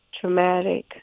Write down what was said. traumatic